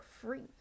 free